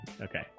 Okay